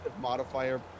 modifier